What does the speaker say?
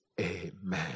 Amen